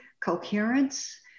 coherence